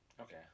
Okay